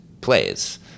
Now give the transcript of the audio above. plays